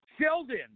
Sheldon